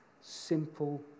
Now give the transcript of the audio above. simple